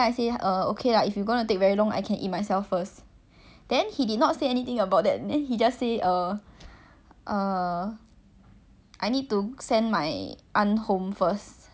I need to send my aunt home first then I can go find you so you would expect him to turn up quite fast right then like no it took another like I think almost two hours